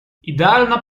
idealna